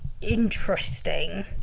interesting